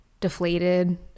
deflated